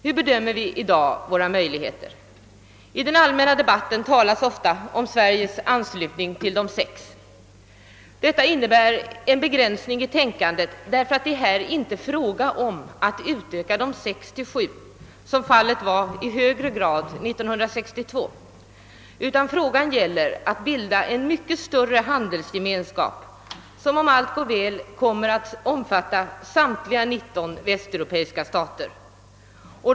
Hur bedömer vi i dag våra möjligheter? I den allmänna debatten talas ofta om Sveriges anslutning till De sex. Detta innebär en begränsning i tänkandet, därför att det här inte är fråga om att utöka De sex till sju som fallet var år 1962, utan frågan gäller att bilda en mycket större handelsgemenskap som, om allt går väl, kommer att omfatta samtliga 19 västeuropeiska stater.